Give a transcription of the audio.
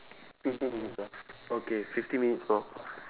fifteen minutes okay okay fifteen minutes more